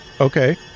okay